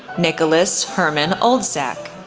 nicholas herrmann olczak,